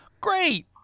great